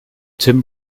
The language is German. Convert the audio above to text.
tim